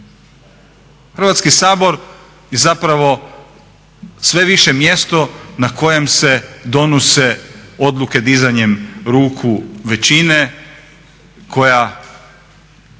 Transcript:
Hrvatski sabor je zapravo sve više mjesto na kojem se donose odluke dizanjem ruku većine koja